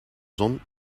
zon